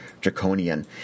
draconian